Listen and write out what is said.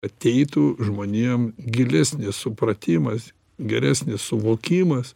ateitų žmonėm gilesnis supratimas geresnis suvokimas